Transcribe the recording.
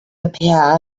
appear